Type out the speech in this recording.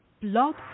blog